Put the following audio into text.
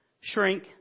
shrink